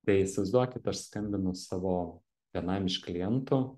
tai įsivaizduokit aš skambinu savo vienam iš klientų